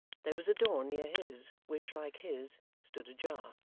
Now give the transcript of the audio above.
there was a door near his, which, like his, stood ajar.